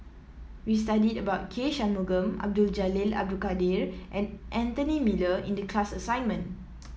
we studied about K Shanmugam Abdul Jalil Abdul Kadir and Anthony Miller in the class assignment